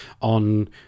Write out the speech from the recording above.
on